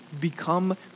become